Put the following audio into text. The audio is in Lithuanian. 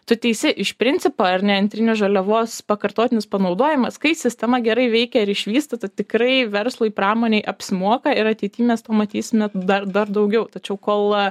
tu teisi iš principo ar ne antrinės žaliavos pakartotinis panaudojimas kai sistema gerai veikia ir išvystyta tikrai verslui pramonei apsimoka ir ateity mes pamatysime dar dar daugiau tačiau kol